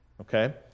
okay